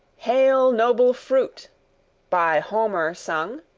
hail noble fruit by homer sung,